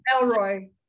Elroy